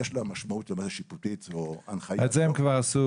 יש לה משמעות שיפוטית או הנחיה --- את זה הם כבר עשו.